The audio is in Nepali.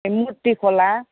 ए मुर्ती खोला